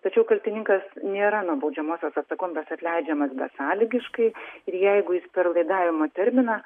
tačiau kaltininkas nėra nuo baudžiamosios atsakomybės atleidžiamas besąlygiškai ir jeigu jis per laidavimo terminą